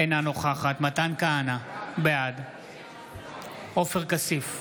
אינה נוכחת מתן כהנא, בעד עופר כסיף,